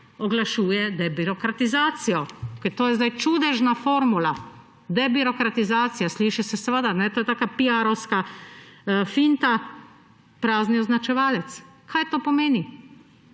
oglašuje debirokratizacijo, ker to je zdaj čudežna formula. Debirokratizacija. Sliši se seveda, to je taka piarovska finta, prazni označevalec. Kaj to pomeni?